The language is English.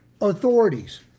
authorities